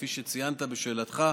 כפי שציינת בשאלתך,